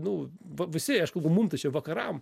nu va visi aišku mum tai čia vakaram